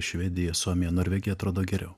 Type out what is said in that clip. švedija suomija norvegija atrodo geriau